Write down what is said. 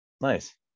nice